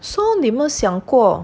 so 你有没有想过